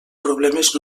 problemes